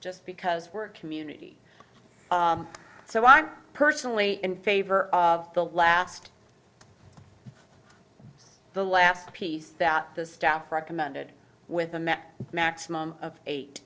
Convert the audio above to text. just because we're a community so i'm personally in favor of the last the last piece that the staff recommended with them at maximum of eight